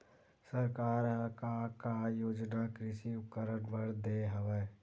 सरकार ह का का योजना कृषि उपकरण बर दे हवय?